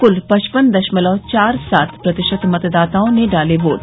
क्ल पचपन दशमलव चार सात प्रतिशत मतदाताओं ने डाले वोट